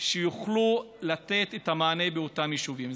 שיוכלו לתת את המענה באותם יישובים.